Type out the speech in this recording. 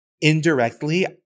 indirectly